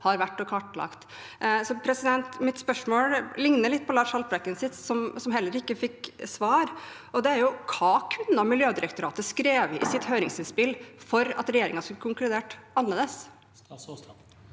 har vært og kartlagt. Mitt spørsmål ligner litt på Lars Haltbrekkens, som heller ikke fikk svar. Det er: Hva kunne Miljødirektoratet skrevet i sitt høringsinnspill for at regjeringen skulle konkludert annerledes?